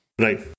Right